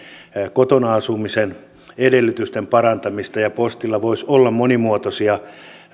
kotona asumisen edellytysten parantamista ja postilla voisi olla monimuotoisia